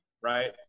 right